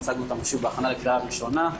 הצגנו אותם שוב בהכנה לקריאה ראשונה.